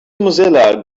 mozilla